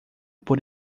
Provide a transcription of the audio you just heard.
por